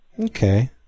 Okay